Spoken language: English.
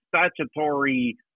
statutory